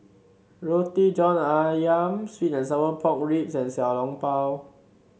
Roti John ayam sweet and Sour Pork Ribs and Xiao Long Bao